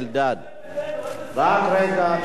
רק רגע שנייה,